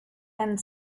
and